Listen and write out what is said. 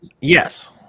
Yes